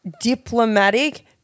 diplomatic